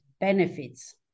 benefits